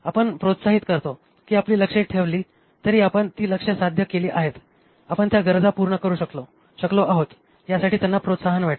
आपण प्रोत्साहित करतो की आपली लक्ष्ये ठेवली तरी आपण ती लक्ष्य साध्य केली आहेत आपण त्या गरजा पूर्ण करू शकलो आहोत यासाठी त्यांना प्रोत्साहन वाटते